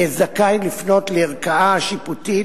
יהיה זכאי לפנות לערכאה שיפוטית,